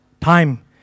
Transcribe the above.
time